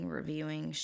reviewing